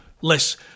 less